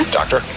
doctor